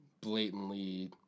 blatantly